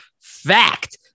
fact